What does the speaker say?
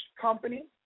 company